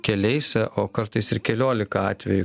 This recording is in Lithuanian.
keliais o kartais ir keliolika atvejų